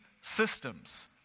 systems